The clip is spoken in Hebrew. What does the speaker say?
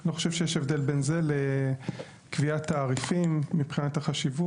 אני לא חושב שיש הבדל בין זה לקביעת תעריפים מבחינת החשיבות.